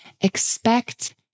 expect